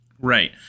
Right